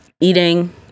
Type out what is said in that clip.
eating